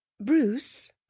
Bruce